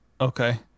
Okay